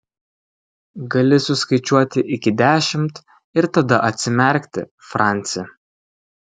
gali suskaičiuoti iki dešimt ir tada atsimerkti franci